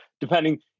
depending